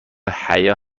حیا